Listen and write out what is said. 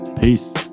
Peace